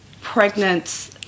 pregnant